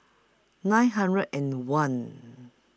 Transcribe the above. nine hundred and one